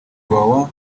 iwawa